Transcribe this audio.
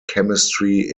chemistry